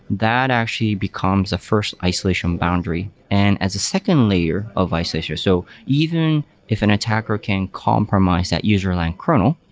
that actually becomes a first isolation boundary and as a second layer of isolation. so even if an attacker can compromise that user line kernel,